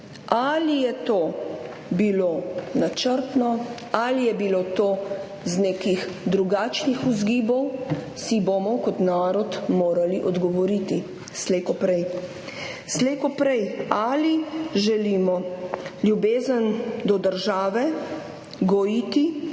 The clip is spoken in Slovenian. Ali je to bilo načrtno ali je bilo to z nekih drugačnih vzgibov, si bomo kot narod morali odgovoriti slej ko prej. Slej ko prej. Ali želimo ljubezen do države gojiti